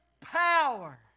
power